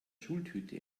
schultüte